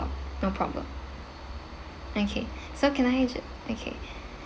no problem okay so can I